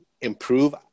improve